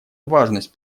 важность